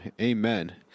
amen